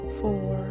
four